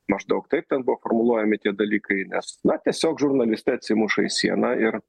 maždaug taip ten buvo formuluojami tie dalykai nes na tiesiog žurnalistai atsimuša į sieną ir